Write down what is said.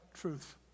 truth